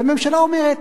והממשלה אומרת: